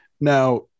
now